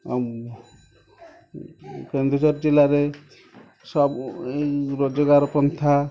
କେନ୍ଦୁଝର ଜିଲ୍ଲାରେ ସବୁ ରୋଜଗାର ପନ୍ଥା